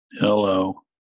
Hello